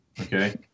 okay